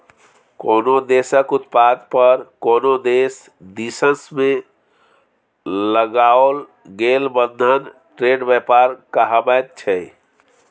कोनो देशक उत्पाद पर कोनो देश दिससँ लगाओल गेल बंधन ट्रेड व्यापार कहाबैत छै